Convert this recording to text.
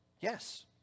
Yes